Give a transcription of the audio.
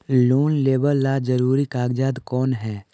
Loan लेब ला जरूरी कागजात कोन है?